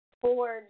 forge